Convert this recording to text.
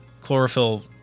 chlorophyll